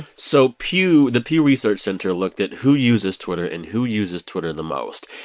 so pew, the pew research center, looked at who uses twitter and who uses twitter the most.